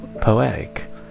poetic